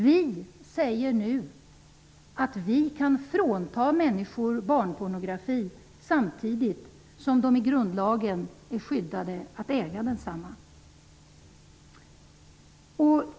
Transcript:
Vi säger nu att vi kan frånta människor barnpornografi, samtidigt som de i grundlagen är skyddade att äga densamma.